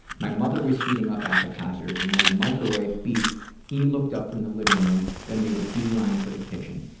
my mother was heating up appetizers, and when the microwave beeped e looked up from the living room, then made a beeline for the kitchen.